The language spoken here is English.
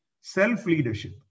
self-leadership